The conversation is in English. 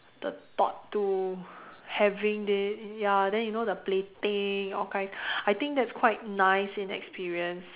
the thought to having this ya then you know the plating all kinds I think that's quite nice in experience